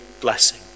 blessing